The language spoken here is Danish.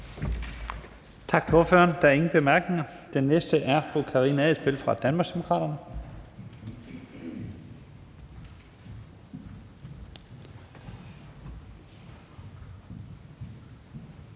Tak til ordføreren. Der er ingen korte bemærkninger. Den næste er fru Karina Adsbøl fra Danmarksdemokraterne.